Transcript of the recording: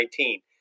2019